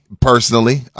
personally